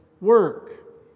work